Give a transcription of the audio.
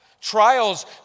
Trials